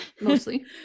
mostly